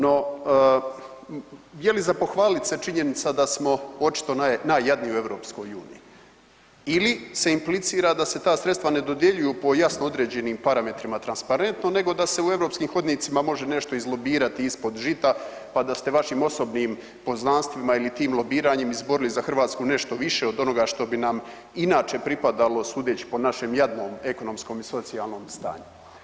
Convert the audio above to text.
No je li za pohvalit se činjenica da smo očito najjadniji u EU ili se implicira da se ta sredstva ne dodjeljuju po jasno određenim parametrima transparentno nego da se u europskim hodnicima može nešto izlobirati ispod žita, pa da ste vašim osobnim poznanstvima ili tim lobiranjem izborili za Hrvatsku nešto više od onoga što bi nam inače pripadalo sudeći po našem jadnom ekonomskom i socijalnom stanju?